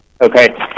Okay